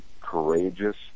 courageous